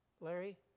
Larry